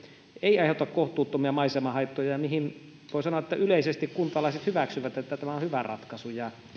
ei aiheuta kohtuuttomia maisemahaittoja ja mihin voi sanoa yleisesti kuntalaiset hyväksyvät että tämä on hyvä ratkaisu